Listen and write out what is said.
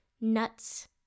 nuts